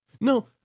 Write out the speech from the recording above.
No